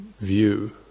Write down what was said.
view